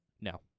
No